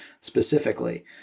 specifically